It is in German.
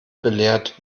belehrt